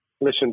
listen